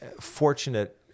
Fortunate